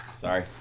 Sorry